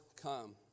come